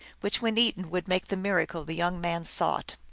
which when eaten would make the miracle the young man sought.